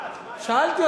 סליחה.